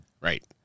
right